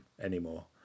anymore